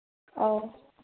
ꯑꯧ